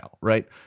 right